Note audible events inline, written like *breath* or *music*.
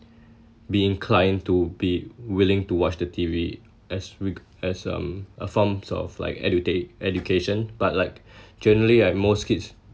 be inclined to be willing to watch the T_V as week as um a forms of like educat~ education but like *breath* generally like most kids